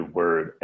word